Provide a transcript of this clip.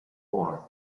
four